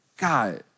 God